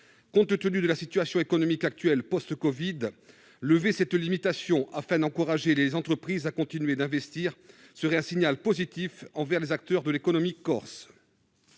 Compte tenu de la situation économique actuelle, après la crise de la covid, lever cette limitation afin d'encourager les entreprises à continuer d'investir serait un signal positif envers les acteurs de l'économie corse.